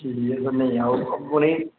ठीक ऐ ते नेईं आओ उ'नें